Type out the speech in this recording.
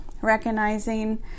recognizing